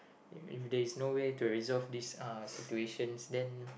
if if there's no way to resolve this(uh) situations then